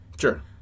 Sure